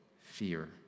fear